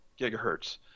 gigahertz